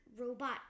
robot